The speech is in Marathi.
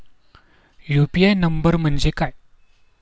यु.पी.आय नंबर म्हणजे काय?